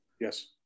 Yes